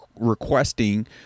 requesting